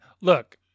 Look